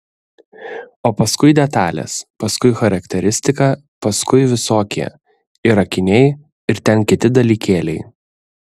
o paskui detalės paskui charakteristika paskui visokie ir akiniai ir ten kiti dalykėliai